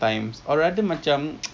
they're not stigmatized lah in